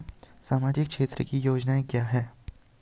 सामाजिक क्षेत्र की योजनाएं क्या हैं?